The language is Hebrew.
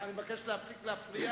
אני מבקש להפסיק להפריע.